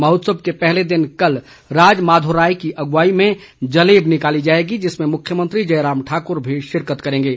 महोत्सव के पहले दिन कल राज माधोराय की अगुवाई में जलेब निकाली जाएगी जिसमें मुख्यमंत्री जयराम ठाकुर भी शिरकत करेंगे